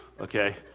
okay